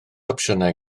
opsiynau